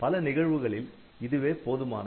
பல நிகழ்வுகளில் இதுவே போதுமானது